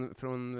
från